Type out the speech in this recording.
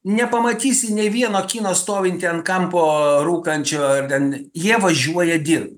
nepamatysi nei vieno kino stovintį ant kampo rūkančio ar ten jie važiuoja dirbt